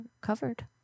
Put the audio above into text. covered